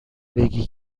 بگی